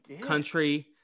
country